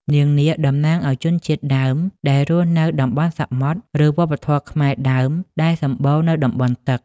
នាងនាគ តំណាងឲ្យជនជាតិដើមដែលរស់នៅតំបន់សមុទ្រ ឬវប្បធម៌ខ្មែរដើមដែលសម្បូរនៅតំបន់ទឹក។